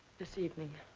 this evening.